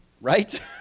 right